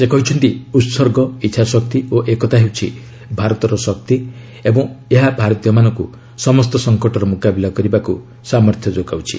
ସେ କହିଛନ୍ତି ଉତ୍ସର୍ଗ ଇଚ୍ଛାଶକ୍ତି ଓ ଏକତା ହେଉଛି ଭାରତର ଶକ୍ତି ଏବଂ ଏହା ଭାରତୀୟମାନଙ୍କୁ ସମସ୍ତ ସଂକଟର ମୁକାବିଲା କରିବାକୁ ସାମର୍ଥ୍ୟ ଯୋଗାଉଛି